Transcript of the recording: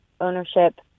ownership